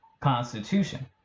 Constitution